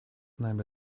нами